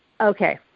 Okay